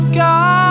god